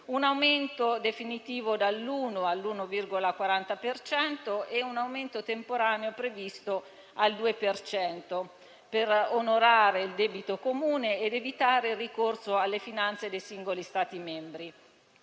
un aumento definitivo dall'1 al 1,4 per cento e un aumento temporaneo previsto al 2 per cento per onorare il debito comune ed evitare il ricorso alle finanze dei singoli Stati membri.